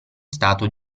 stato